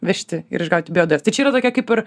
vežti ir išgauti biodujas tai čia yra tokia kaip ir